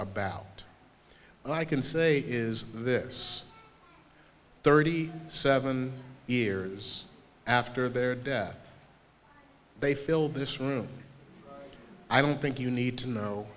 about and i can say is this thirty seven years after their death they filled this room i don't think you need to know